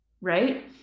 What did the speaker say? right